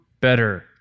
better